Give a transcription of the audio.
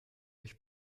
euch